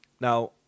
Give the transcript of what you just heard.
Now